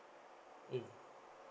mm